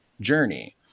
journey